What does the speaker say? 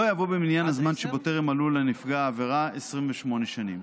לא יבוא במניין הזמן שבו טרם מלאו לנפגע העבירה 28 שנים.